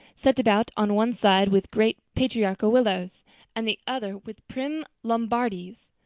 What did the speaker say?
set about on one side with great patriarchal willows and the other with prim lombardies.